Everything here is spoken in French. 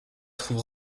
trouve